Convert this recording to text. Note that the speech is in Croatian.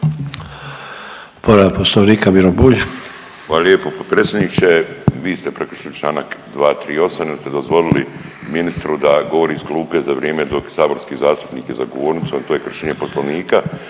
Miro (MOST)** Hvala lijepo potpredsjedniče. Vi ste prekršili čl. 238. jer ste dozvolili ministru da govori iz klupe za vrijeme dok saborski zastupnik je za govornicom, to je kršenje poslovnika,